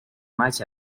match